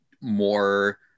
more